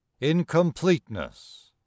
Incompleteness